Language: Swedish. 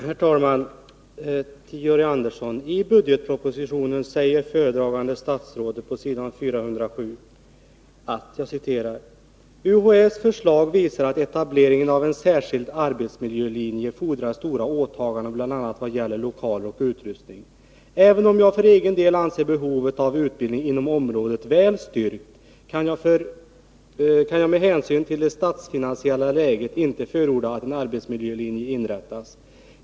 Herr talman! I budgetpropositionen säger föredragande statsrådet på s. 407: ”UHÄ:s förslag visar att etableringen av en särskild arbetsmiljölinje fordrar stora åtaganden bl.a. vad gäller lokaler och utrustning. Även om jag för egen del anser behovet av utbildning inom området väl styrkt, kan jag med hänsyn till det statsfinansiella läget inte förorda att en arbetsmiljölinje inrättas.